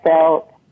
felt